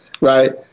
Right